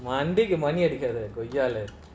மாமியார்இருக்காங்களே:mamiyar irukangale